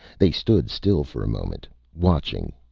they stood still for a moment, watching,